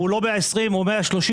ולא 120,000 ₪,